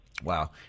Wow